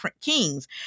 Kings